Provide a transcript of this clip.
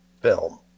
film